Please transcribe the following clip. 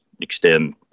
extend